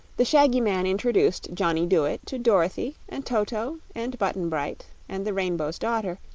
the shaggy man introduced johnny dooit to dorothy and toto and button-bright and the rainbow's daughter,